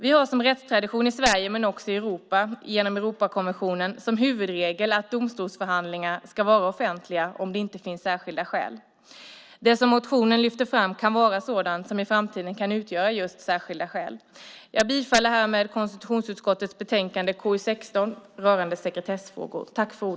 Vi har som rättstradition i Sverige, men också i Europa genom Europakonventionen, huvudregeln att domstolsförhandlingar ska vara offentliga om det inte finns särskilda skäl. Det som lyfts fram i motionen kan vara sådant som i framtiden kan utgöra just särskilda skäl. Härmed yrkar jag bifall till konstitutionsutskottets förslag i betänkande KU16 rörande sekretessfrågor.